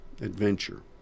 adventure